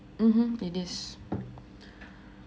mmhmm it is